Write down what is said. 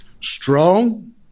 strong